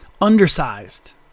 Undersized